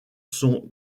sont